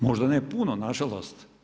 Možda ne puno, nažalost.